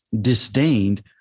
disdained